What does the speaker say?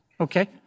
Okay